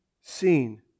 seen